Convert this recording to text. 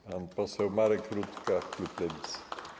Pan poseł Marek Rutka, klub Lewicy.